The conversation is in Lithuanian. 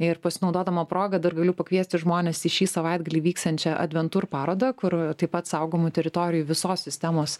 ir pasinaudodama proga dar galiu pakviesti žmones į šį savaitgalį vyksiančią adventur parodą kur taip pat saugomų teritorijų visos sistemos